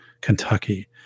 Kentucky